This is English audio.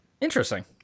Interesting